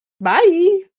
Bye